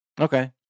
Okay